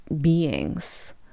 beings